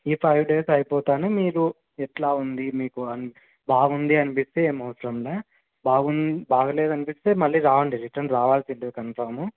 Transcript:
ఈ five days అయిపోతూనే మీరు ఎట్లా ఉంది మీకు అని బాగుంది అనిపిస్తే ఏం అవసరంలేదు బాగుం బాగలేదు అనిపిస్తే మళ్ళీ రండి రిటర్న్ రావాల్సిందే కన్ఫమ్